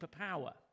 superpower